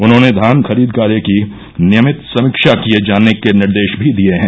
उन्होंने धान खरीद कार्य की नियमित समीक्षा किये जाने के निर्देश भी दिये हैं